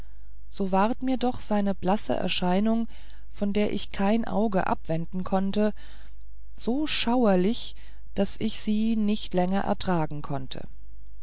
so ward mir doch seine blasse erscheinung von der ich kein auge abwenden konnte so schauerlich daß ich sie nicht länger ertragen konnte